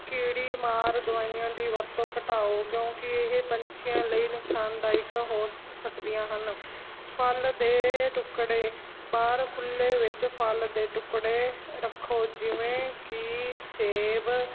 ਕੀੜੇਮਾਰ ਦਵਾਈਆਂ ਦੀ ਵਰਤੋਂ ਘਟਾਓ ਕਿਉਂਕਿ ਇਹ ਪੰਛੀਆਂ ਲਈ ਨੁਕਸਾਨਦਾਇਕ ਹੋ ਸ ਸਕਦੀਆਂ ਹਨ ਫਲ ਦੇ ਟੁਕੜੇ ਬਾਹਰ ਖੁੱਲ੍ਹੇ ਵਿੱਚ ਫਲ ਦੇ ਟੁਕੜੇ ਰੱਖੋ ਜਿਵੇਂ ਕਿ ਸੇਬ